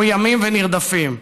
מאוימים ונרדפים.